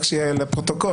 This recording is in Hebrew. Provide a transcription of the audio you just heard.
רק שיהיה לפרוטוקול,